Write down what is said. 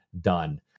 done